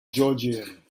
georgian